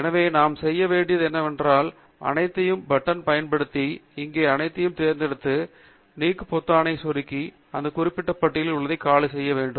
எனவே நாம் செய்ய வேண்டியது என்னவென்றால் அனைத்து பட்டன்களையும் பயன்படுத்தி இங்கே அனைத்தையும் தேர்ந்தெடுத்து நீக்கு பொத்தானை சொடுக்கி அந்த குறிப்பிட்ட பட்டியலில் உள்ளதை காலி செய்ய வேண்டும்